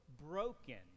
broken